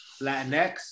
Latinx